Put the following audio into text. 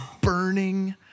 burning